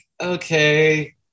okay